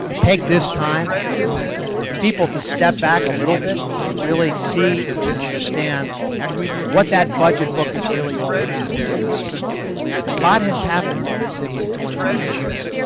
take this time for people to step back a little bit and really see and understand what that budget book is really all about because a lot has happened in this city in twenty five years.